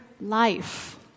life